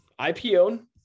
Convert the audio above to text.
IPO